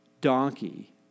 donkey